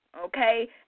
okay